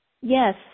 yes